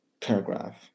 paragraph